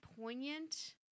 poignant